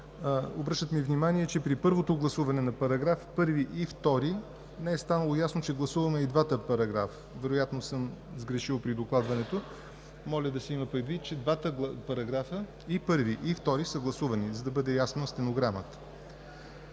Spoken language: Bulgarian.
обръщат ми внимание, че при първото гласуване на § 1 и § 2 не е станало ясно, че гласуваме и двата параграфа. Вероятно съм сгрешил при докладването. Моля да се има предвид, че двата параграфа – първи и втори, са гласувани, за да бъде ясно в стенограмата.